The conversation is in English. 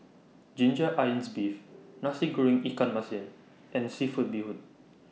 Ginger Onions Beef Nasi Goreng Ikan Masin and Seafood Bee Hoon